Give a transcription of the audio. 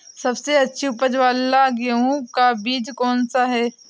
सबसे अच्छी उपज वाला गेहूँ का बीज कौन सा है?